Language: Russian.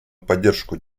поддержку